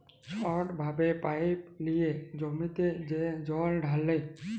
ছট ভাবে পাইপ লিঁয়ে জমিতে যে জল ঢালে